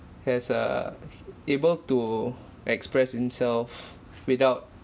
he's err able to express himself without